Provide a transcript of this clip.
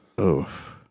Oof